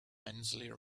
immensely